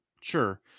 Sure